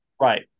Right